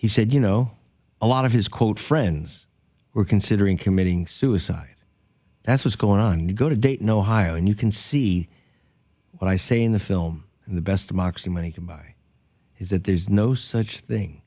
he said you know a lot of his quote friends were considering committing suicide that's what's going on you go to dayton ohio and you can see i say in the film the best democracy money can buy is that there's no such thing